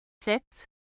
Six